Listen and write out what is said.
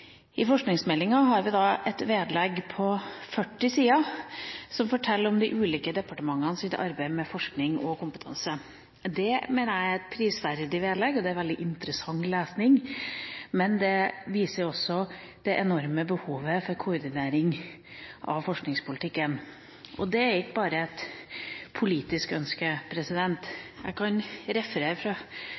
i norsk forskningspolitikk, og det er et problem som egentlig blir større og større fordi forskninga blir mer og mer sektorovergripende. Forskningsmeldinga har et vedlegg på 40 sider som forteller om de ulike departementenes arbeid med forskning og kompetanse. Det mener jeg er et prisverdig vedlegg, og det er veldig interessant lesning, men det viser også det enorme behovet for koordinering av forskningspolitikken. Og det er ikke bare